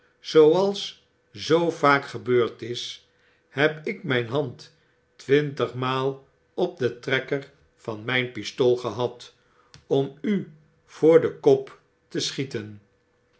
zooals zoo vaak gebeurd is heb ik myn hand twintigmaal op den trekker van mp pistool gehad om u voor den kop te schieten